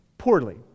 Poorly